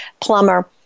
plumber